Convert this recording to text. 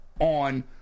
on